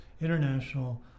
international